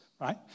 right